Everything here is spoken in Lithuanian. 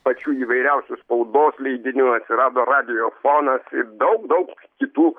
pačių įvairiausių spaudos leidinių atsirado radiofonas ir daug daug kitų